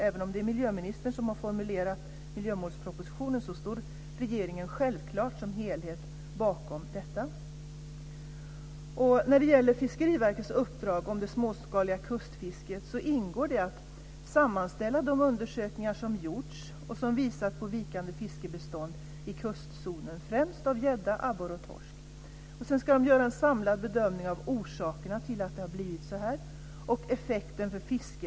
Även om det är miljöministern som har formulerat miljömålspropositionen står självklart regeringen som helhet bakom den. I Fiskeriverkets uppdrag i fråga om det småskaliga kustfisket ingår att sammanställa de undersökningar som gjorts och som visar på vikande fiskebestånd i kustzonen främst av gädda, abborre och torsk. Sedan ska en samlad bedömning göras av orsakerna till att det blivit så här samt av effekterna för fisket.